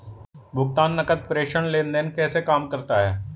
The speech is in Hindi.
भुगतान नकद प्रेषण लेनदेन कैसे काम करता है?